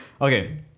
Okay